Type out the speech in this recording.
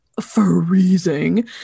freezing